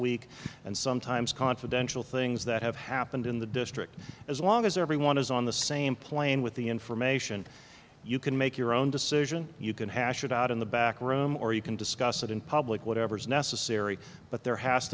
week and sometimes confidential things that have happened in the district as long as everyone is on the same plane with the information you can make your own decision you can hash it out in the back room or you can discuss it in public whatever is necessary but there has